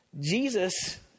Jesus